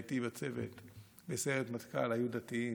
איתי בצוות בסיירת מטכ"ל היו דתיים,